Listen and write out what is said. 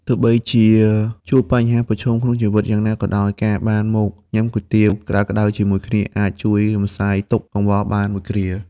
ទោះបីជាជួបបញ្ហាប្រឈមក្នុងជីវិតយ៉ាងណាក៏ដោយ ការបានមកញ៉ាំគុយទាវក្តៅៗជាមួយគ្នា អាចជួយរំសាយទុក្ខកង្វល់បានមួយគ្រា។